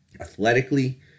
athletically